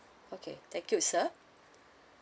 okay thank you sir